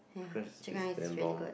cause is embalmed